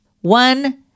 One